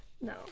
No